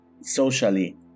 socially